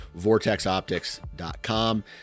VortexOptics.com